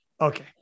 okay